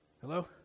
hello